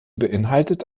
beinhaltet